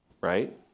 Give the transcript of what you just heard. right